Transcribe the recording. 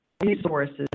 resources